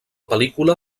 pel·lícula